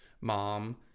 mom